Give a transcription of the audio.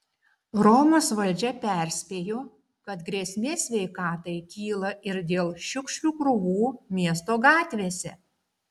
romos valdžia perspėjo kad grėsmė sveikatai kyla ir dėl šiukšlių krūvų miesto gatvėse